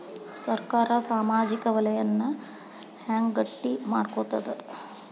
ಸರ್ಕಾರಾ ಸಾಮಾಜಿಕ ವಲಯನ್ನ ಹೆಂಗ್ ಗಟ್ಟಿ ಮಾಡ್ಕೋತದ?